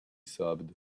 sobbed